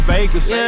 Vegas